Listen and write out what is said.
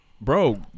Bro